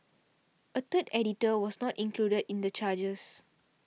a third editor was not included in the charges